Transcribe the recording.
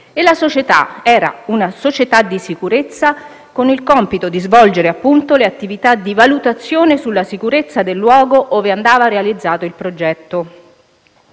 coinvolta era una società di sicurezza, con il compito di svolgere appunto le attività di valutazione sulla sicurezza del luogo ove andava realizzato il progetto.